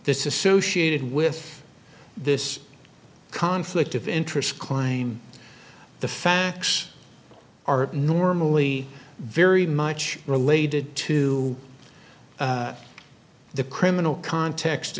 this is associated with this conflict of interest claim the facts are normally very much related to the criminal context